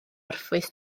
orffwys